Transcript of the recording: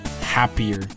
happier